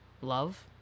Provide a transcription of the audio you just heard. love